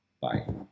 Bye